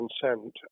consent